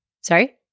sorry